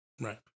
Right